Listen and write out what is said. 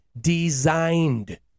designed